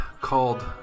called